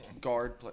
guard